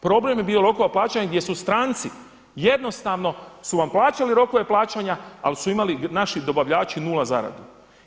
Problem bi bio rokovi plaćanje gdje su stranci jednostavno su vam plaćali rokove plaćanja ali su imali naši dobavljači 0 zaradu.